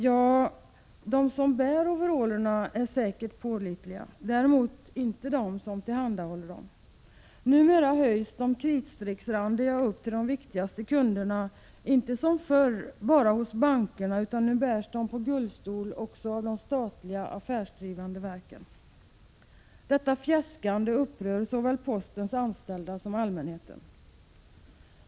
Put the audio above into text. Ja, de som bär overallerna är säkert pålitliga, däremot inte de som tillhandahåller dem. Numera höjs de kritstrecksrandiga upp till de viktigaste kunderna, inte som förr bara hos bankerna, utan nu bärs de i gullstol av de statliga affärsdrivande verken. Detta fjäskande upprör såväl postens anställda som allmänheten.